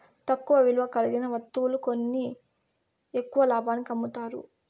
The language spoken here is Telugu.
తక్కువ విలువ కలిగిన వత్తువులు కొని ఎక్కువ లాభానికి అమ్ముతారు